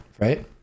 right